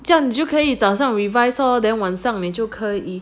这样你就可以早上 revise lor 晚上可以